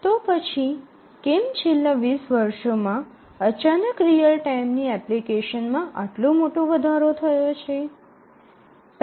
તો પછી કેમ છેલ્લા ૨0 વર્ષોમાં અચાનક રીઅલ ટાઇમની એપ્લિકેશનમાં આટલો મોટો વધારો થયો છે